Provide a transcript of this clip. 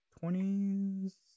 twenties